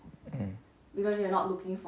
mm